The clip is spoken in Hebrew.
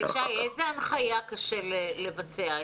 אלי שי, איזה הנחייה קשה לבצע?